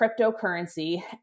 cryptocurrency